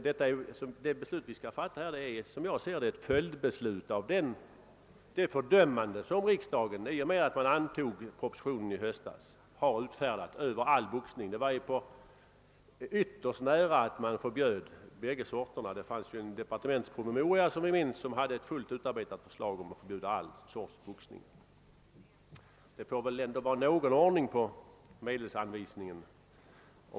Det beslut vi här skall fatta är ett följdbeslut av det fördömande av boxningen som riksdagen uttalade i och med att den antog propositionen i höstas, och det var då ytterst nära att man förbjöd bägge sorierna; det fanns en departementspromemoria som hade ett fullt utarbetat förslag därom. Det får väl ändå vara någon ordning på medelsanvisningen.